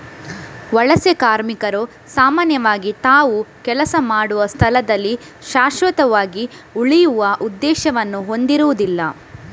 ವಲಸೆ ಕಾರ್ಮಿಕರು ಸಾಮಾನ್ಯವಾಗಿ ತಾವು ಕೆಲಸ ಮಾಡುವ ಸ್ಥಳದಲ್ಲಿ ಶಾಶ್ವತವಾಗಿ ಉಳಿಯುವ ಉದ್ದೇಶವನ್ನು ಹೊಂದಿರುದಿಲ್ಲ